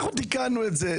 אנחנו תיקנו את זה,